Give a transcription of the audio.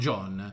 John